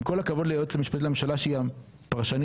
עם כל הכבוד ליועצת המשפטית לממשלה שהיא פרשנית של